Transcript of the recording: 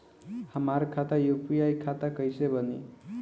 हमार खाता यू.पी.आई खाता कइसे बनी?